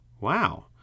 Wow